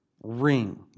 Ring